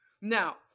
Now